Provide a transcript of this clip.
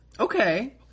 Okay